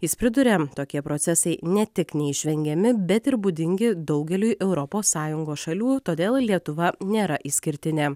jis priduria tokie procesai ne tik neišvengiami bet ir būdingi daugeliui europos sąjungos šalių todėl lietuva nėra išskirtinė